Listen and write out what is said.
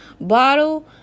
bottle